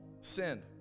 sin